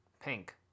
Pink